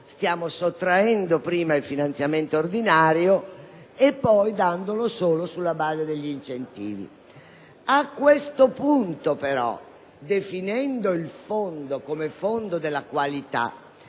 stiamo sottraendo prima il finanziamento ordinario e poi lo diamo, ma solo sulla base degli incentivi. A questo punto, però, definendo il fondo come fondo della qualità,